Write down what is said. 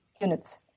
units